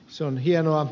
se on hienoa